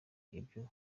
ibyo